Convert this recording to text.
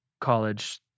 college